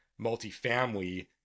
multifamily